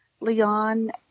Leon